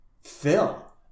fill